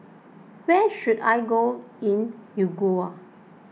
where should I go in Uruguay